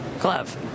glove